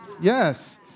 Yes